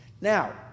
Now